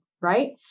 right